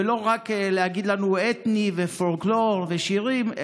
ולא רק להגיד לנו: אתניות ופולקלור ושירים,